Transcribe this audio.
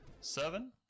Seven